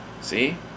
See